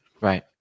Right